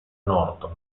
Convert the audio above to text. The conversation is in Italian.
norton